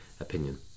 opinion